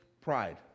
pride